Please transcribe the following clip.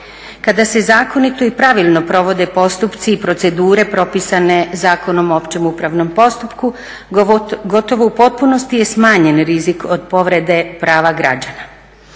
Kada se zakonito i pravilno provode postupci i procedure propisane Zakonom o općem upravnom postupku gotovo u potpunosti je smanjen rizik od povrede prava građana.